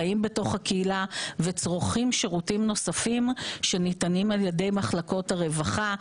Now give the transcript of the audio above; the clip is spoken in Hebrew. חיים בתוך הקהילה וצורכים שירותים נוספים שניתנים על ידי מחלקות הרווחה,